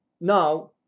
now